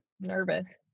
nervous